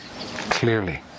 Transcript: clearly